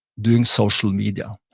doing social media.